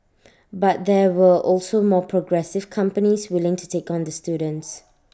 but there were also more progressive companies willing to take on the students